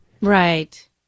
Right